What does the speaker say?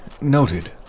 Noted